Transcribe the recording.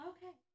Okay